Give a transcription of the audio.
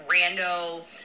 rando